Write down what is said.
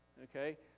okay